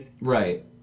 Right